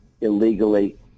illegally